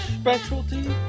specialty